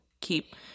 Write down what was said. keep